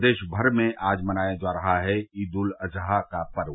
प्रदेश भर में आज मनाया जा रहा है ईद उल अजहा का पर्व